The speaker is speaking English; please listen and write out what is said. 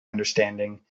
understanding